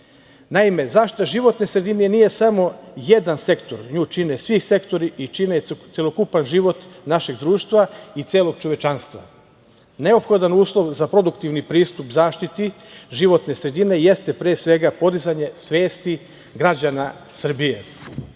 zaštita životne sredine nije samo jedan sektor, nju čine svi sektori i čine celokupan život našeg društva i celog čovečanstva. Neophodan uslov za produktivni pristup zaštiti životne sredine jeste, pre svega, podizanje svesti građana Srbije